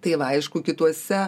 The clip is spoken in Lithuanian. tai va aišku kituose